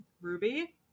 Ruby